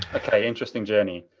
okay, interesting journey.